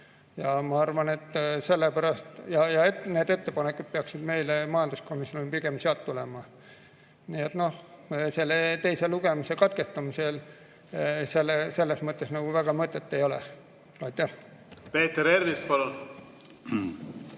Ja ma arvan, et need ettepanekud peaksid meile majanduskomisjoni pigem sealt tulema. Sellel teise lugemise katkestamisel selles mõttes nagu väga mõtet ei ole. Peeter Ernits, palun!